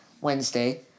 Wednesday